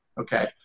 Okay